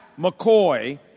McCoy